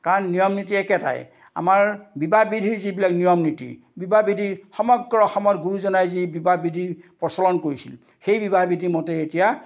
কাৰণ নিয়ম নীতি একেটাই আমাৰ বিবাহ বিধিৰ যিবিলাক নিয়ম নীতি বিবাহ বিধি সমগ্ৰ অসমত গুৰুজনাই যি বিবাহ বিধি প্ৰচলন কৰিছিল সেই বিবাহ বিধিমতে এতিয়া